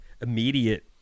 immediate